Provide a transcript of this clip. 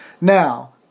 Now